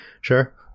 Sure